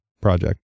project